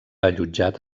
allotjat